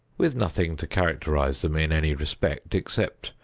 with nothing to characterize them in any respect, except,